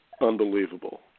unbelievable